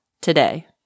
today